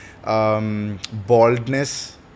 Baldness